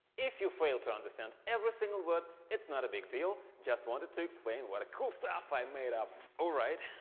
if you failed to understand every single word, its not a big deal! just wanted to explain what a cool stuff i made up. all right,